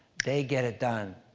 they get it done.